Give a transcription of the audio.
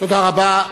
תודה רבה.